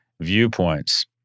viewpoints